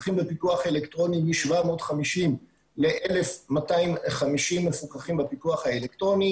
המפוקחים בפיקוח אלקטרוני מ-750 ל-1,250 מפוקחים בפיקוח האלקטרוני